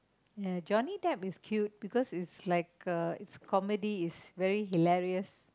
uh Johnny-Depp is cute because it's like uh it's comedy it's very hilarious